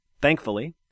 Thankfully